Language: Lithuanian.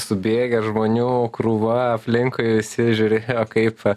subėgę žmonių krūva aplinkui visi žiūrinėjo kaip